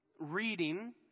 reading